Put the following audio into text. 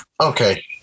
Okay